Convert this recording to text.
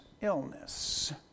illness